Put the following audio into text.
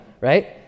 right